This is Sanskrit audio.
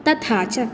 तथा च